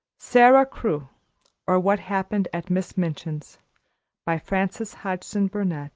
sara crewe or what happened at miss minchin's by frances hodgson burnett